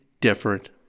different